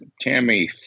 Tammy